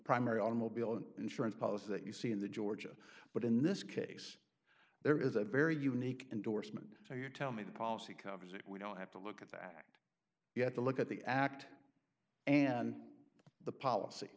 primary automobile an insurance policy that you see in the ga but in this case there is a very unique endorsement so you tell me the policy covers it we don't have to look at that act you have to look at the act and the policy